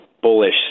bullish